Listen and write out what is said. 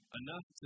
enough